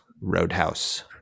Roadhouse